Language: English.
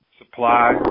Supply